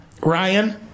Ryan